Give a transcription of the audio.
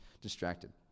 distracted